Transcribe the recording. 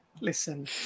Listen